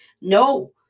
No